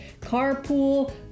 Carpool